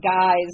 guys